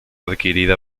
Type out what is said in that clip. adquirida